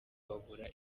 babura